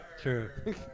True